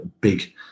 big